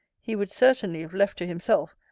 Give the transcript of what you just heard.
he would certainly, if left to himself,